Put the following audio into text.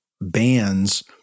bands